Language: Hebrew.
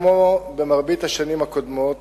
כמו במרבית השנים הקודמות,